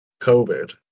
Covid